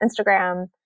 instagram